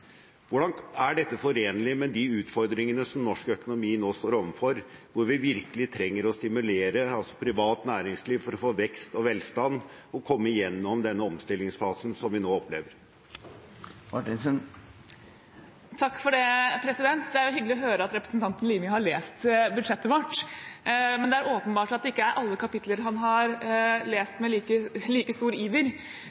hvor vi virkelig trenger å stimulere privat næringsliv for å få vekst og velstand og for å komme oss gjennom den omstillingsfasen som vi nå opplever? Det er hyggelig å høre at representanten Limi har lest budsjettet vårt, men det er åpenbart at det ikke er alle kapitler han har lest med like stor iver,